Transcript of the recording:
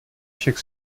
však